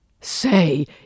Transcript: Say